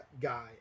guy